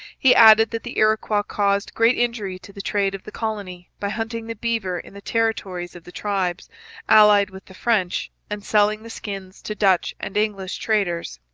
he added that the iroquois caused great injury to the trade of the colony by hunting the beaver in the territories of the tribes allied with the french, and selling the skins to dutch and english traders.